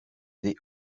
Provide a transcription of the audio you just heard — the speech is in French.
des